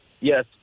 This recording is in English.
yes